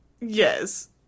Yes